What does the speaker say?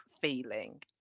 feeling